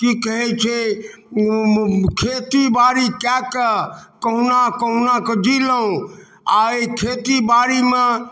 की कहे छै खेती बारी कए कऽ कहुना कहुना के जीलहुॅं आ एहि खेती बारी मे